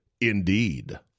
Indeed